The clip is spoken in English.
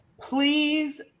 please